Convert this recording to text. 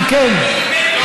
אם כן,